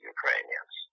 Ukrainians